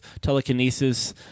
telekinesis